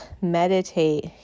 meditate